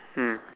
mm